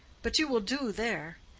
but you will do there.